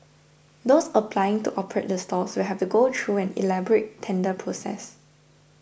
those applying to operate the stalls will have to go through an elaborate tender process